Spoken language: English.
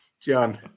John